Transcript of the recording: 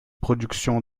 production